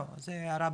זו הערה בסוגריים.